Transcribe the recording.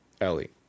Ellie